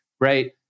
right